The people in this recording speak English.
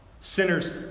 Sinners